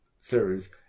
series